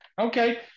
Okay